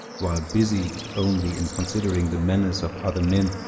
while busied only in considering the manners of other men,